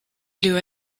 blue